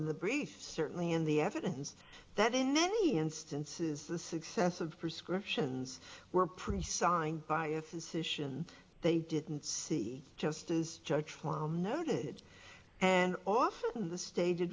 the brief certainly in the evidence that in many instances the success of prescriptions were pretty signed by a physician they didn't see just as judge trial noted and often the stated